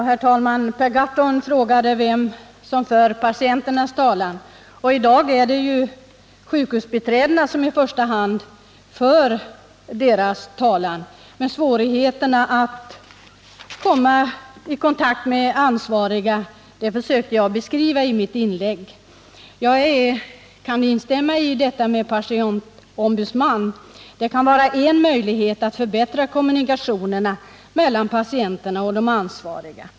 Herr talman! Per Gahrton frågade vem som för patienternas talan. I dag är det enbart sjukvårdsbiträdena som kan föra deras talan. Svårigheterna för dem att komma i kontakt med de ansvariga försökte jag beskriva i mitt inlägg. Jag kan instämma i att tillsättandet av en patientombudsman kan vara en möjlighet att förbättra kommunikationerna mellan patienterna och de ansvariga.